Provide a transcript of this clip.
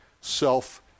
self